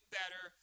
better